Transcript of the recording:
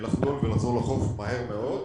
לחזור לחוף מהר מאוד.